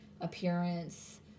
appearance